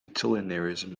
utilitarianism